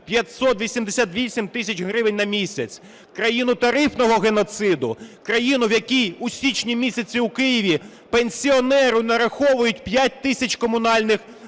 588 тисяч гривень на місяць. Країну тарифного геноциду. Країну, в якій у січні місяці у Києві пенсіонеру нараховують 5 тисяч за комунальні